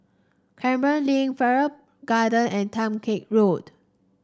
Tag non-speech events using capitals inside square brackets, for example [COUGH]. Canberra Link Farrer Garden and [UNINTELLIGIBLE] cake Road